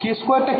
k′2 টা কি